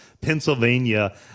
Pennsylvania